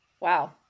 Wow